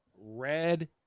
Red